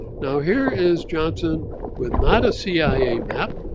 now here is johnson with not a cia map,